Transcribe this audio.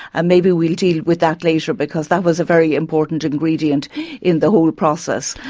and maybe we'll deal with that later because that was a very important ingredient in the whole process.